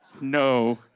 no